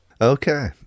Okay